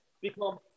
become